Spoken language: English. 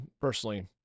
personally